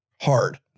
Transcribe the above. hard